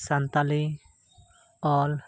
Santali Ol